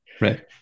Right